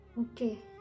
Okay